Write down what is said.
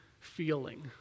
feeling